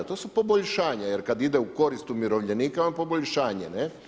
To su poboljšanja, jer kad ide u korist umirovljenika onda je poboljšanje.